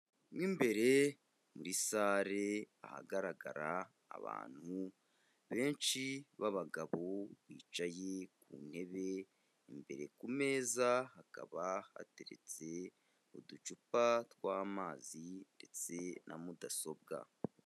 Mo imbere muri salle ahagaragara abantu benshi b'abagabo bicaye ku ntebe, imbere ku meza hakaba hateretse uducupa tw'amazi ndetse na mudasobwa.